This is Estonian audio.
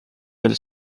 veel